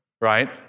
right